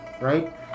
right